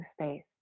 space